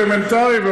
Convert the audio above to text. אלמנטרי.